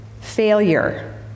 failure